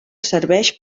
serveix